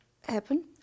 happen